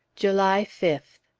july fifth.